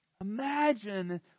Imagine